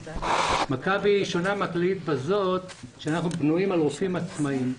מכבי שונה מהכללית בכך שאנחנו בנויים על רופאים עצמאיים.